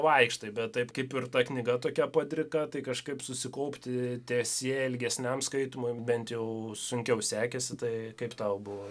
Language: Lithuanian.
vaikštai bet taip kaip ir ta knyga tokia padrika tai kažkaip susikaupti ties ja ilgesniam skaitymui bent jau sunkiau sekėsi tai kaip tau buvo